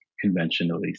conventionally